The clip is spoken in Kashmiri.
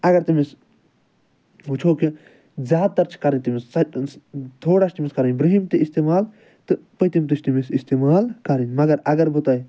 اَگر تٔمِس وُچھو کہِ زیادٕ تر چھِ کرٕنۍ تٔمِس تھوڑا چھِ کرٕنۍ تٔمِس برٛونٛہِم تہِ اِستعمال تہٕ پٔتِم تہِ چھِ تٔمِس اِستعمال کَرٕنۍ مَگر اَگر بہٕ تۄہہِ